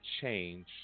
change